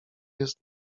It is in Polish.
jest